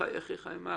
"וחי אחיך עמך".